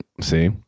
See